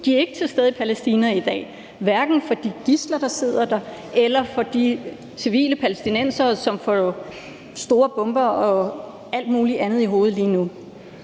der er til stede i Palæstina i dag, hverken for de gidsler, der sidder der, eller for de civile palæstinensere, som får store bomber og alt mulig andet i hovedet lige nu.